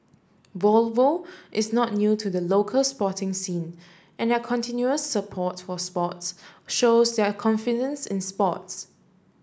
Volvo is not new to the local sporting scene and their continuous support for sports shows their confidence in sports